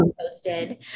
posted